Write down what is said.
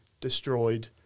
destroyed